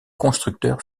constructeurs